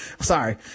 Sorry